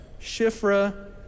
Shifra